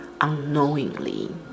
unknowingly